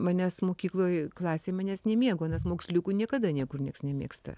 manęs mokykloj klasėj manęs nemėgo nes moksliukų niekada niekur nieks nemėgsta